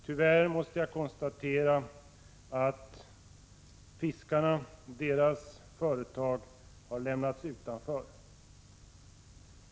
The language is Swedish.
Tyvärr har fiskarnas företag lämnats utanför.